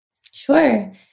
Sure